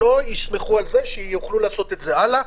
שלא יסמכו על זה שיוכלו לעשות את זה והלאה,